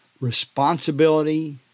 responsibility